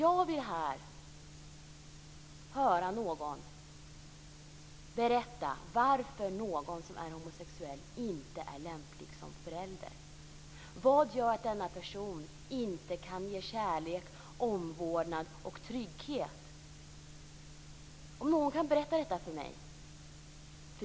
Jag vill här höra någon berätta varför en homosexuell person inte är lämplig som förälder. Vad gör att han eller hon inte kan ge kärlek, omvårdnad och trygghet?